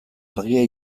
argia